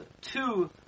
two